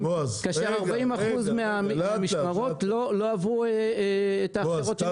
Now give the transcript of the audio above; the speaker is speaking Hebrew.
כאשר 40% מהמשמרות לא עברו את ההכשרות שנדרשות.